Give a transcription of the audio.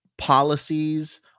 policies